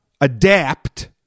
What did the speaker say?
Adapt